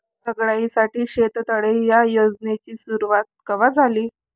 सगळ्याइसाठी शेततळे ह्या योजनेची सुरुवात कवा झाली?